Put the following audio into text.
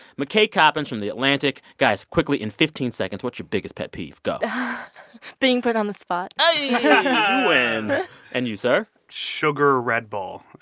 mckay coppins from the atlantic. guys, quickly, in fifteen seconds, what's your biggest pet peeve? go but being put on the spot ah you know and and you, sir? sugar red bull.